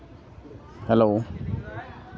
hello